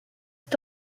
est